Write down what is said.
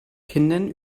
kindern